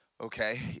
Okay